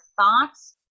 thoughts